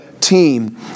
team